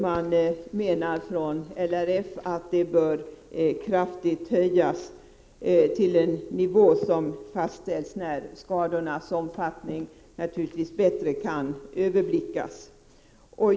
Man menar från LRF att bidraget kraftigt bör höjas till en nivå som fastställs när skadornas omfattning bättre kan överblickas.